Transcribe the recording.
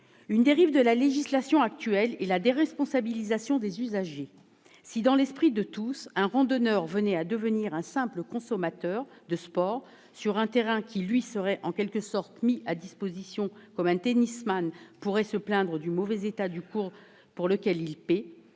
Une dérive de la législation actuelle est la déresponsabilisation des usagers. Si dans l'esprit de tous un randonneur venait à devenir un simple consommateur de sport sur un terrain qui lui serait en quelque sorte mis à disposition, comme un tennisman pourrait se plaindre du mauvais état du cours pour lequel il paie,